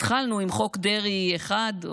התחלנו עם חוק דרעי 1,